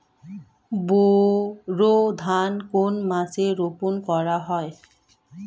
বোরো ধান কোন মাসে রোপণ করা হয়?